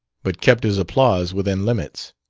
but kept his applause within limits.